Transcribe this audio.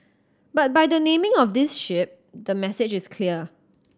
but by the naming of this ship the message is clear